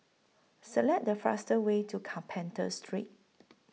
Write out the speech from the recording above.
Select The fastest Way to Carpenter Street